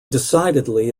decidedly